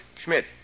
Schmidt